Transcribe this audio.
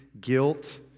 guilt